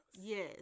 yes